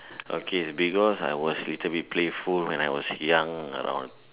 okay because I was little playful when I was young and all